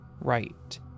right